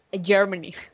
Germany